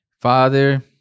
Father